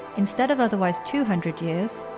instead of otherwise two hundred years,